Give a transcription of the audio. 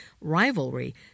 rivalry